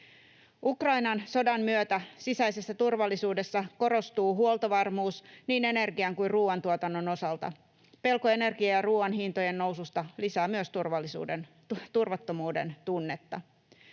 Ukrainan sodan myötä sisäisessä turvallisuudessa korostuu huoltovarmuus niin energian- kuin ruoantuotannon osalta. Pelko energian ja ruoan hintojen noususta lisää myös turvattomuuden tunnetta.